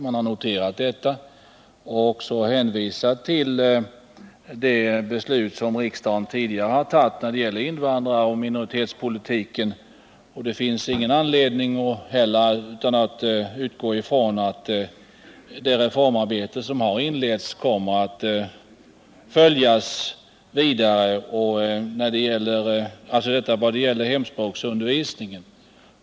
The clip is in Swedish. Man hänvisar bl.a. till det beslut som riksdagen tidigare har fattat i vad gäller invandraroch minoritetspolitiken. Jag utgår också från att det utredningsarbete som har inletts kommer att fullföljas vad gäller hemspråksundervisningen.